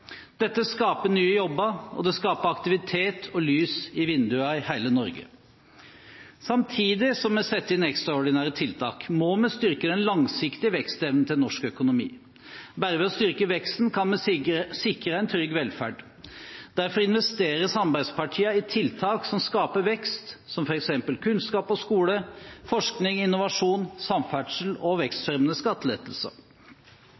Dette skaper nye jobber, og det skaper aktivitet og lys i vinduer i hele Norge. Samtidig som vi setter inn ekstraordinære tiltak, må vi styrke den langsiktige vekstevnen i norsk økonomi. Bare ved å styrke veksten kan vi sikre en trygg velferd. Derfor investerer samarbeidspartiene i tiltak som skaper vekst, som f.eks. kunnskap og skole, forskning, innovasjon, samferdsel og